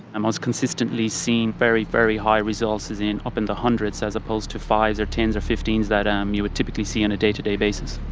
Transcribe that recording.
and was consistently seeing very, very high results, as in up in the hundreds as opposed to five s or ten s or fifteen s that um you would typically see on a day to day basis.